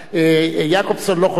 יעקובזון לא חושב כך,